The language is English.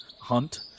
hunt